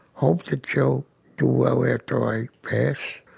hope that you'll do well after i pass.